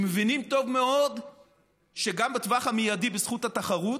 הם מבינים טוב מאוד שגם בטווח המיידי בזכות התחרות,